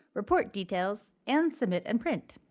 report details and submit and print.